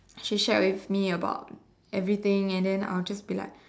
she shared with me about everything and then I'll just be like